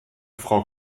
frau